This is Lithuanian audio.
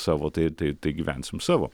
savo tai tai gyvensim savo